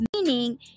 Meaning